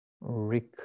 Rick